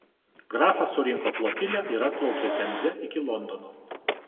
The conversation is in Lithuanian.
grafas surinko flotilę ir atplaukė temze iki londono